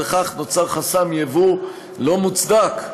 וכך נוצר חסם יבוא לא מוצדק.